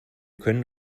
können